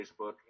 Facebook